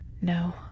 No